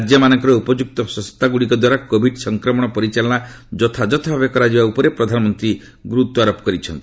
ରାଜ୍ୟମାନଙ୍କରେ ଉପଯୁକ୍ତ ସଂସ୍ଥାଗୁଡିକ ଦ୍ୱାରା କୋଭିଡ ସଂକ୍ରମଣ ପରିଚାଳନା ଯଥାଯଥଭାବେ କରାଯିବା ଉପରେ ପ୍ରଧାନମନ୍ତ୍ରୀ ଗୁରୁତ୍ୱାରୋପ କରିଛନ୍ତି